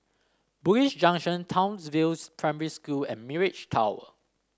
Bugis Junction Townsville Primary School and Mirage Tower